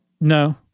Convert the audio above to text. No